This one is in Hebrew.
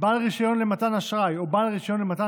בעל רישיון למתן אשראי או בעל רישיון למתן